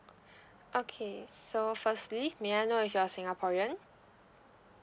okay so firstly may I know if you're singaporean